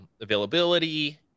availability